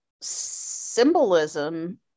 symbolism